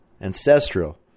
ancestral